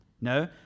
No